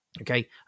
okay